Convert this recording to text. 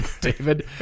David